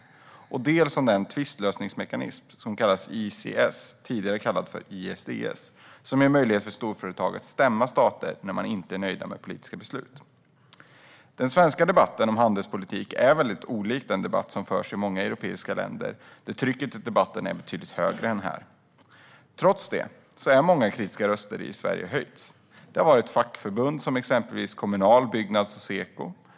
Den andra delen rör den tvistlösningsmekanism som kallas ICS - tidigare kallad ISDS - och som ger möjlighet för storföretag att stämma stater när de inte är nöjda med politiska beslut. Den svenska debatten om handelspolitik är väldigt olik den debatt som förs i många europeiska länder, där trycket i debatten är betydligt högre än här. Trots det har många kritiska röster höjts i Sverige. Det gäller fackförbund som Kommunal, Byggnads och Seko.